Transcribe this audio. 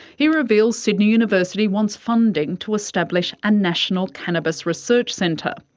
he reveals sydney university wants funding to establish a national cannabis research centre.